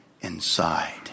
inside